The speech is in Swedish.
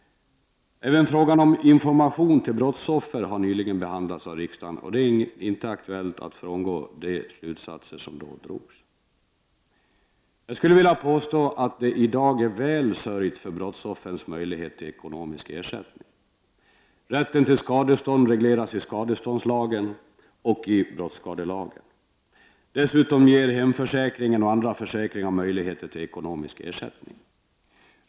Även frågan om information till brottsoffer har nyligen behandlats av riksdagen. Det är inte aktuellt att frångå de slutsatser som då drogs. Jag skulle vilja påstå att det i dag är väl sörjt för brottsoffrens möjlighet till ekonomisk ersättning. Rätten till skadestånd regleras i skadeståndslagen och i brottsskadelagen. Dessutom ger hemförsäkringen och andra försäkringar möjligheter till ekonomisk ersättning.